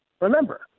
remember